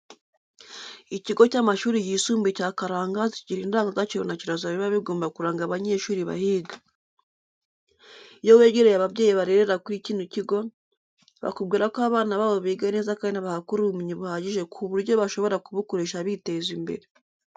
Ikigo cy'amashuri yisumbuye cya Karangazi kigira indangagaciro na kirazira biba bigomba kuranga abanyeshuri bahiga. Iyo wegereye ababyeyi barerera kuri iki kigo, bakubwira ko abana babo biga neza kandi bahakura ubumenyi buhagije ku buryo bashobora kubukoresha biteza imbere.